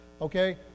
Okay